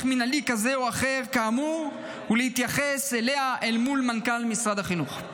מינהלי כזה או אחר כאמור ולהתייחס אליה אל מול מנכ"ל משרד החינוך.